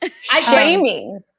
shaming